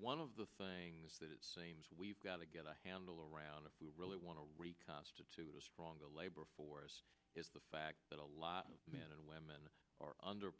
one of the things that it seems we've got to get a handle around if we really want to reconstitute a stronger labor force is the fact that a lot of men and women under